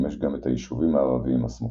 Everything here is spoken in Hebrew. ששימשו גם את היישובים הערביים הסמוכים.